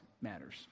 matters